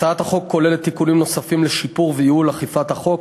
הצעת החוק כוללת תיקונים נוספים לשיפור וייעול אכיפת החוק,